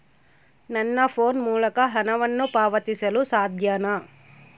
ನನ್ನ ಫೋನ್ ಮೂಲಕ ಹಣವನ್ನು ಪಾವತಿಸಲು ಸಾಧ್ಯನಾ?